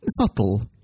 subtle